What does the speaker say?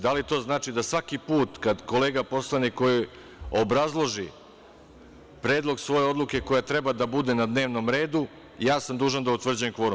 Da li to znači da svaki put kada kolega poslanik koji obrazloži predlog svoje odluke koja treba da bude na dnevnom redu, sam dužan da utvrđujem kvorum?